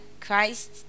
Christ